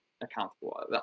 accountable